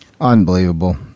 Unbelievable